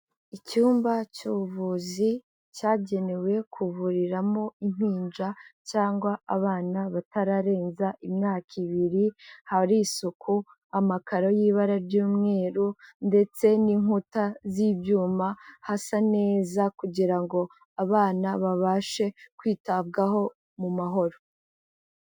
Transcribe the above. Icyumba cy'ubuvuzi cyagenewe kuvuriramo impinja cyangwa abana batararenza imyaka ibiri, hari isuku, amakaro y'ibara ry'umweru ndetse n'inkuta z'ibyuma, hasa neza kugira ngo abana babashe kwitabwaho mu mahoro.